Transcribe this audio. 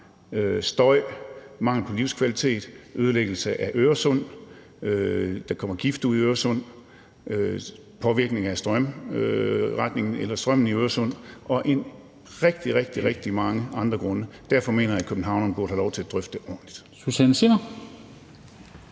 støj, mangel på livskvalitet, ødelæggelse af Øresund, der kommer gift ud i Øresund, påvirkning af strømmen i Øresund og rigtig, rigtig mange andre grunde. Derfor mener jeg, at københavnerne burde have lov til at drøfte det ordentligt.